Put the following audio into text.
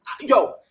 yo